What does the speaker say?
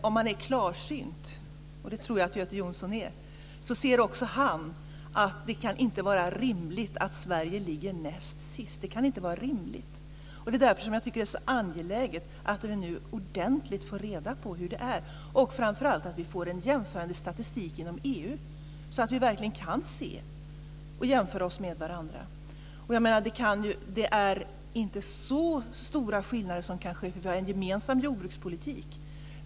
Om han är klarsynt - och det tror jag att Göte Jonsson är - ser också han att det inte kan vara rimligt att Sverige ligger näst sist. Det kan inte vara rimligt. Det är därför jag tycker att det är så angeläget att vi nu ordentligt får reda på hur det är och framför allt att vi får en jämförande statistik inom EU så att vi verkligen kan jämföra oss med varandra. Det är inte så stora skillnader. Vi har en gemensam jordbrukspolitik.